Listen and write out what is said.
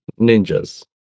ninjas